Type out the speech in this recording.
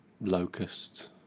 locusts